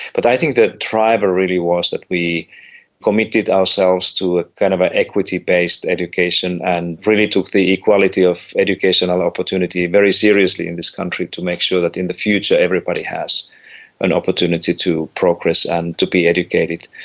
but i think the driver really was that we committed ourselves to a kind of an equity-based education and really took the equality of educational opportunity very seriously in this country to make sure that in the future everybody has an opportunity to progress and to be educated.